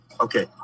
Okay